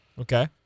Okay